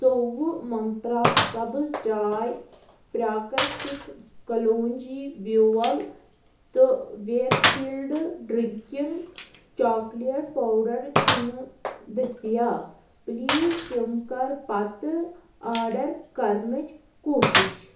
ژۅوُہ منٛترٛا سبٕز چاے پرٛاکرٛتِک کلونٛجی بیٛوٚل تہٕ Weikfield drinking chocolate powder چھِنہٕ دٔستِیاب پُلیٖز تِم کَر پتہٕ آرڈر کَرنٕچ کوٗشِش